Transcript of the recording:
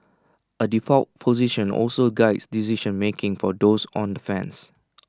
A default position also Guides decision making for those on the fence